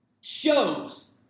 shows